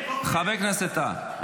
חבר הכנסת טאהא,